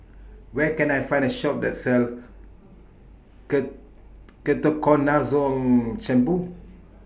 Where Can I Find A Shop that sells Ketoconazole Shampoo